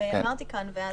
שאמרתי כאן.